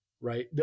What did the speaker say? Right